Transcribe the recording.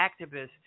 activists